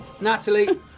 Natalie